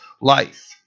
life